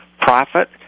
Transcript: profit